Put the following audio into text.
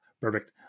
perfect